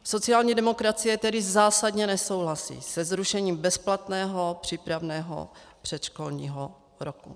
Sociální demokracie tedy zásadně nesouhlasí se zrušením bezplatného přípravného předškolního roku.